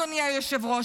אדוני היושב-ראש,